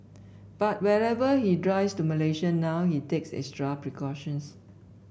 but whenever he drives to Malaysia now he takes extra precautions